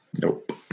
Nope